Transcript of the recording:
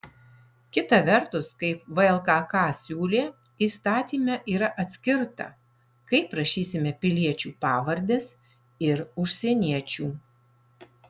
kita vertus kaip vlkk siūlė įstatyme yra atskirta kaip rašysime piliečių pavardes ir užsieniečių